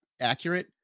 accurate